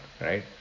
Right